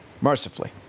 Mercifully